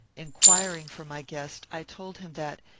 inquiring for my guest, i told him that,